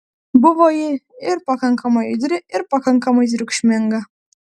buvo ji ir pakankamai judri ir pakankamai triukšminga